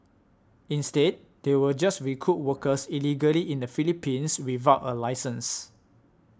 instead they will just recruit workers illegally in the Philippines without a licence